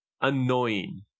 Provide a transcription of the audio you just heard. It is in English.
Annoying